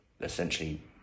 essentially